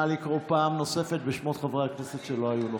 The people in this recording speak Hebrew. נא לקרוא פעם נוספת בשמות חברי הכנסת שלא היו נוכחים.